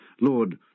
Lord